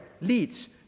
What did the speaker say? leads